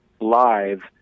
live